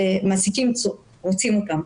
שמעסיקים רוצים אותם.